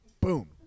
Boom